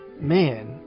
man